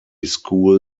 school